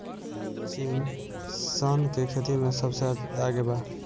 चीन सन के खेती में सबसे आगे बा